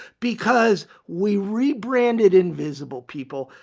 because we rebranded invisible people,